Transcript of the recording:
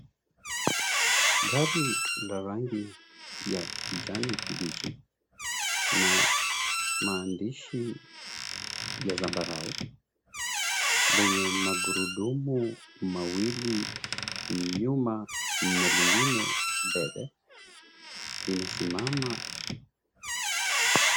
Gari la rangi ya kijani kibichi na maandishi ya zambarau lenye magurudumu mawili nyuma na lingine mbele, limesimama.